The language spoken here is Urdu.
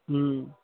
ہوں